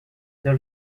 dal